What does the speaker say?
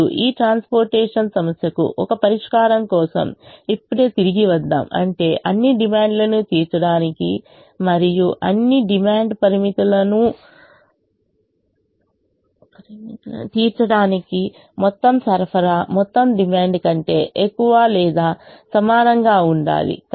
ఇప్పుడు ఈ ట్రాన్స్పోర్టేషన్ సమస్యకు ఒక పరిష్కారం కోసం ఇప్పుడే తిరిగి వద్దాం అంటే అన్ని డిమాండ్లను తీర్చడానికి మరియు అన్ని డిమాండ్ పరిమితులను తీర్చడానికి మొత్తం సరఫరా మొత్తం డిమాండ్ కంటే ఎక్కువ లేదా సమానంగా ఉండాలి